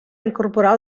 incorporar